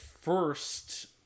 first